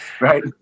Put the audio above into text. right